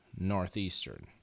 Northeastern